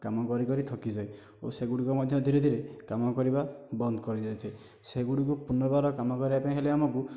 କାମ କରି କରି ଥକି ଯାଏ ଓ ସେଗୁଡ଼ିକ ମଧ୍ୟ ଧୀରେ ଧୀରେ କାମ କରିବା ବନ୍ଦ କରିଦେଇଥାଏ ସେଗୁଡ଼ିକୁ ପୁନର୍ବାର କାମ କରାଇବା ପାଇଁ ହେଲେ ଆମକୁ